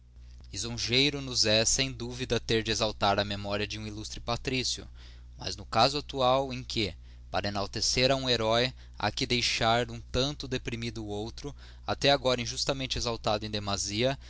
lisongeiro nos é sem duvida ter de exaltar a memoria de um illustre patrício mas no caso actual em que para enaltecer a um heróe ha que deixar um tanto deprimido outro até agora injustamente exaltado em demasia